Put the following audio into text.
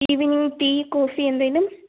evening tea coffee എന്തെങ്കിലും